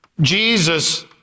Jesus